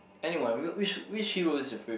anyway I'm which which hero is your favorite